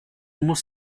muss